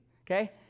okay